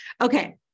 Okay